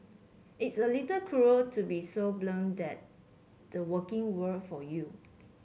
it's a little cruel to be so blunt that the working world for you